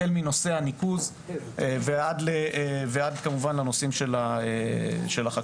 החל מנושא הניקוז ועד לנושאים של החקלאות.